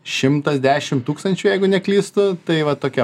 šimtas dešim tūkstančių jeigu neklystu tai va tokia